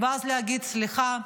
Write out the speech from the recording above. ואז להגיד: סליחה,